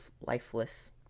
lifeless